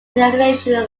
elevation